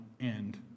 end